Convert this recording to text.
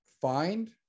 find